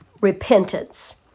Repentance